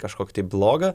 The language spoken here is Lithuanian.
kažkokį tai blogą